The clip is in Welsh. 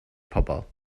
pobl